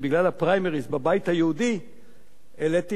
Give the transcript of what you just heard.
בבית היהודי העליתי את חוק ההסדרה.